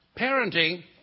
Parenting